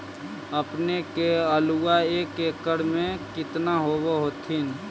अपने के आलुआ एक एकड़ मे कितना होब होत्थिन?